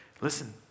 listen